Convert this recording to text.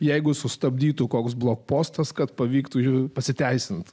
jeigu sustabdytų koks blokpostas kad pavyktų jų pasiteisinti